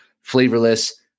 flavorless